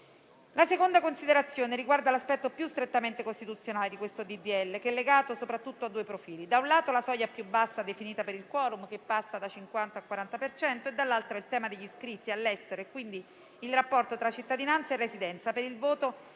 La seconda considerazione riguarda l'aspetto più strettamente costituzionale di questo disegno di legge, che è legato soprattutto a due profili: da un lato, la soglia più bassa definita per il *quorum*, che passa da 50 a 40 per cento; dall'altra, il tema degli iscritti all'estero, quindi il rapporto tra cittadinanza e residenza per il voto